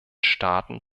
staaten